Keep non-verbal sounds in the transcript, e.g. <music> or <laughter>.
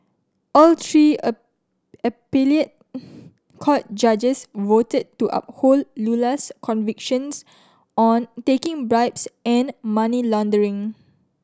all three a <unintelligible> court judges voted to uphold Lula's convictions on taking bribes and money laundering